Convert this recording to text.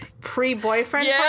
pre-boyfriend